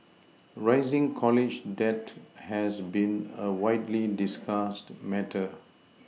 rising college debt has been a widely discussed matter